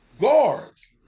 Guards